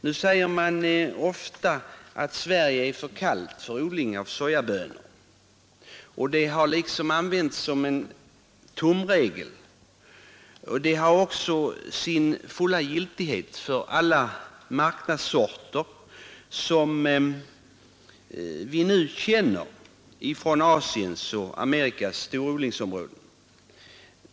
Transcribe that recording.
Nu sägs det ofta att Sverige är för kallt för odling av sojabönan, och det har använts som en tumregel. Det har också sin fulla giltighet för alla marknadssorter som vi nu känner från Asiens och Amerikas storodlingsområden.